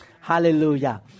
Hallelujah